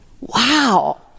wow